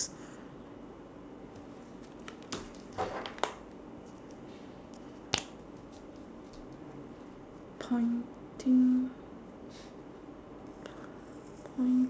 pointing poin~